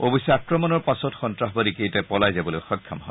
অৱশ্যে আক্ৰমণৰ পাছত সন্তাসবাদী কেইটা পলাই যাবলৈ সক্ষম হয